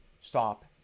stop